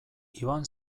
iban